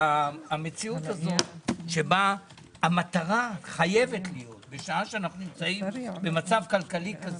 המציאות שבה המטרה חייבת להיות בשעה שבה אנו נמצאים במצב כלכלי כזה,